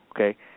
okay